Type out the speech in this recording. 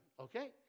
okay